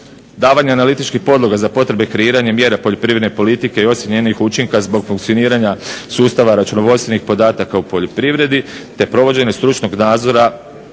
davanja analitičkih podloga za potrebe kreiranje mjere poljoprivredne politike i ocjene njenih učinka zbog funkcioniranja sustava računovodstvenih podataka u poljoprivredi, te provođenje stručnog nadzora